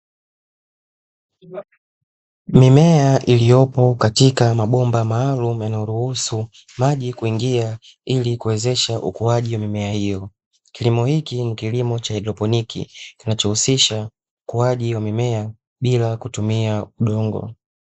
Mimea iliyopo katika mabomba maalumu yanayoruhusu maji kuingia, ili kuwezesha ukuaji wa mimea hiyo. Kilimo hiki ni kilimo cha haidroponi kinachohusisha ukuaji wa mimea bila kutumia udongo.